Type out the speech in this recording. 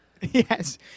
Yes